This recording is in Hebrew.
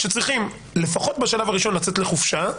שצריכים לפחות בשלב הראשון לצאת לחופשה,